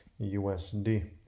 usd